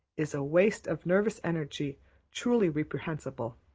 is a waste of nervous energy truly reprehensible.